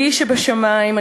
"אלי שבשמים",